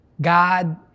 God